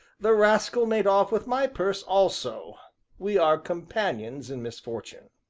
the rascal made off with my purse also we are companions in misfortune.